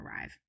arrive